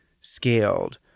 scaled